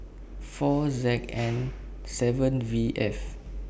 four Z N seven V F